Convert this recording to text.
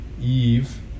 Eve